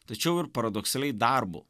tačiau ir paradoksaliai darbu